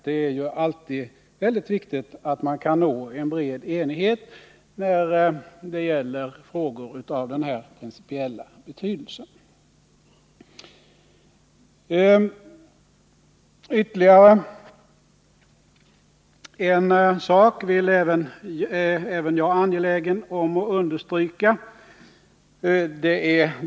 Det är alltid väldigt viktigt att man kan nå en bred enighet när det gäller frågor av den här principiella betydelsen. Ytterligare en sak är jag angelägen om att understryka.